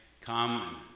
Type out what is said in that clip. come